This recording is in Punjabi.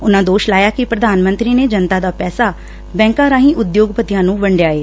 ਉਨੂਾ ਦੋਸ਼ ਲਾਇਆ ਕਿ ਪ੍ਰਧਾਨ ਮੰਤਰੀ ਜਨਤਾ ਦਾ ਪੈਸਾ ਬੈਂਕਾਂ ਚ ਉਦਯੋਗਪਤੀਆਂ ਨੂੰ ਵੰਡਿਆ ਏ